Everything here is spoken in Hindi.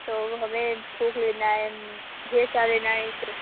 तो हमें थोक लेना है ढेर सा लेना है सर